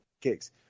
kicks